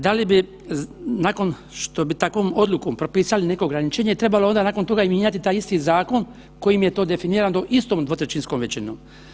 Da li bi, nakon što bi takvom odlukom propisali neko ograničenje trebalo onda nakon toga i mijenjati taj isti zakon kojim je to definirano tom istom dvotrećinskom većinom?